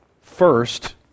first